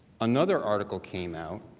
another article came out.